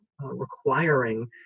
requiring